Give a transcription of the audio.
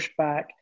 pushback